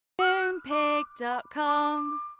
Moonpig.com